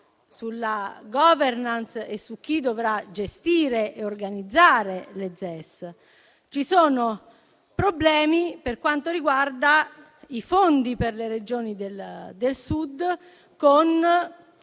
sulla *governance* e su chi dovrà gestire e organizzare le ZES. Ci sono problemi per quanto riguarda i fondi per le Regioni del Sud con